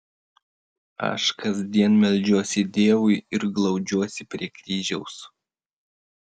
aš kasdien meldžiuosi dievui ir glaudžiuosi prie kryžiaus